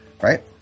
right